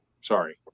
sorry